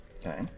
Okay